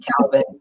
Calvin